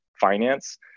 finance